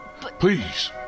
Please